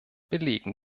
belegen